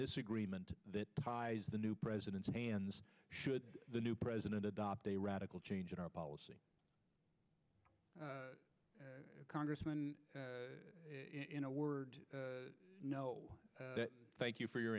this agreement that ties the new president's hands should the new president adopt a radical change in our policy congressman in a word no thank you for your